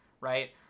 right